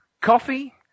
Coffee